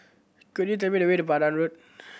could you tell me the way to Pandan Road